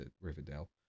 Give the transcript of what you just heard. Riverdale